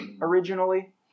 originally